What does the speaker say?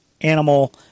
Animal